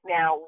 Now